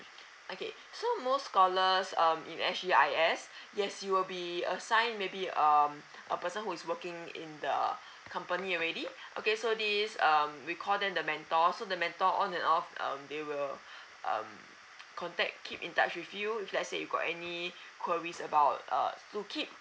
okay so most scholars um in S C I S yes you will be assign maybe um a person who is working in the company already okay so this um we call them the mentor so the mentor on and off um they will um contact keep in touch with you if let's say you got any queries about uh to keep